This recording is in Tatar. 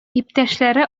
иптәшләре